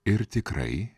ir tikrai